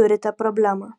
turite problemą